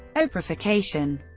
oprahfication